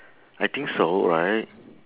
I think so right